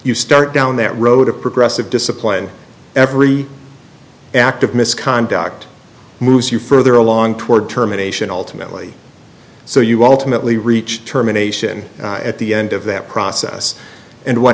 you start down that road a progressive discipline every act of misconduct moves you further along toward terminations ultimately so you ultimately reach terminations at the end of that process and what